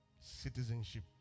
citizenship